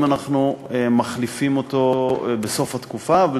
אם אנחנו מחליפים אותו בסוף התקופה,